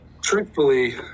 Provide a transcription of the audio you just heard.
Truthfully